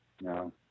No